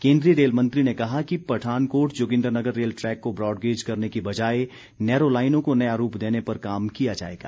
केन्द्रीय रेल मंत्री ने कहा कि पठानकोट जोगिन्द्रनगर रेल ट्रैक को ब्रॉडगेज करने की बजाय नैरो लाइनों को नया रूप देने पर काम किया जाएगा